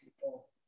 people